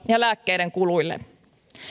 ja lääkkeiden kuluille